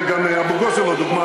גם אבו-גוש זה לא דוגמה,